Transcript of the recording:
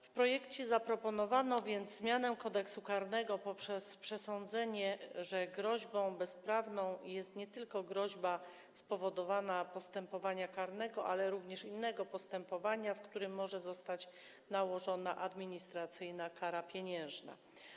W projekcie zaproponowano więc zmianę Kodeksu karnego poprzez przesądzenie, że groźbą bezprawną jest groźba spowodowania nie tylko postępowania karnego, ale również innego postępowania, w którym może zostać nałożona administracyjna kara pieniężna.